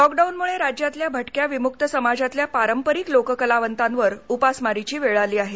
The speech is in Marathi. लॉक डाऊनमुळे राज्यातल्या भटक्या विमुक्त समाजातल्या पारंपरिक लोक कलावंतांवर उपासमारीची वेळ आली आहे